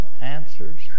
answers